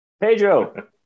Pedro